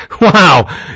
Wow